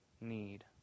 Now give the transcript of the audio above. need